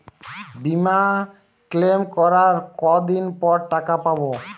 বিমা ক্লেম করার কতদিন পর টাকা পাব?